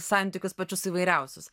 santykius pačius įvairiausius